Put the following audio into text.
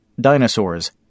Dinosaurs